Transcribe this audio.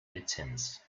lizenz